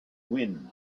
wind